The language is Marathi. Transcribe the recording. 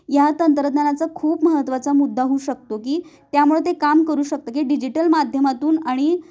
या तंत्रज्ञानाचा खूप महत्त्वाचा मुद्दा होऊ शकतो की त्यामुळं ते काम करू शकतं की डिजिटल माध्यमातून आणि